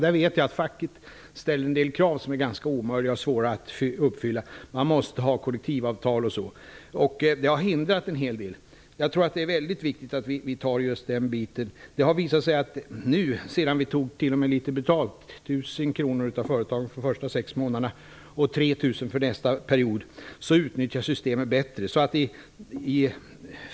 Jag vet att facket ställer ganska omöjliga krav som är svåra att uppfylla. Man måste ha kollektivavtal osv. Det har hindrat en hel del. Det är viktigt att vi tar itu med det. Det har visat sig att sedan man började ta betalt -- 1 000 kr för nästa period -- utnyttjas systemet bättre.